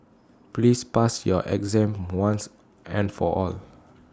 please pass your exam once and for all